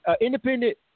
Independent